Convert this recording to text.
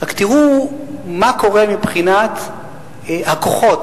רק תראו מה קורה מבחינת הכוחות,